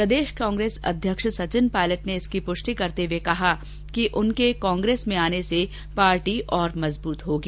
प्रदेश कांग्रेस अध्यक्ष सचिन पायलट ने इसकी पुष्टि करतेहुए कहाकि उनके कांग्रेस में आने से पार्टी और मजबूत होगी